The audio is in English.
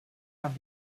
have